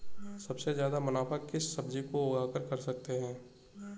सबसे ज्यादा मुनाफा किस सब्जी को उगाकर कर सकते हैं?